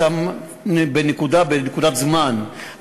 שם בנקודת זמן,